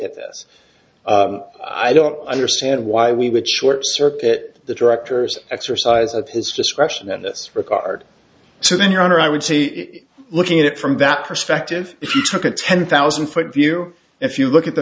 this i don't understand why we would short circuit the director's exercise of his discretion in this regard so then your honor i would say looking at it from that perspective if you took a ten thousand foot view if you look at the